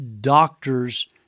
doctors